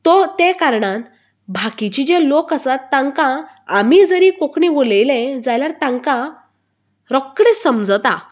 तो तें कारणान बाकिचें जें लोक आसात तांकां आमी जरी कोंकणी उलयलें जाल्यार तांकां रोखडें समजता